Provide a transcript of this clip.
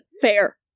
fair